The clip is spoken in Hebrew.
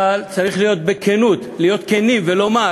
צריכים להיות כנים ולומר